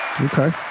Okay